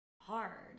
hard